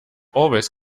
always